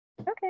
Okay